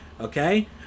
okay